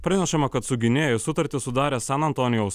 pranešama kad su gynėju sutartį sudarė san antonijaus